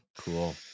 Cool